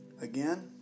Again